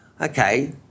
Okay